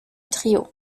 trio